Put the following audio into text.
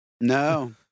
No